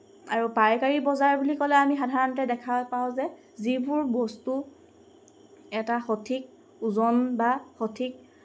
আৰু পাইকাৰি বজাৰ বুলি ক'লে আমি সাধাৰণতে দেখা পাওঁ যে যিবোৰ বস্তু এটা সঠিক ওজন বা সঠিক